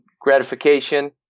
gratification